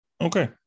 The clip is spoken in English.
Okay